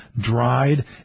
dried